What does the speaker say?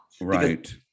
right